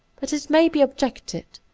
but it may be objected,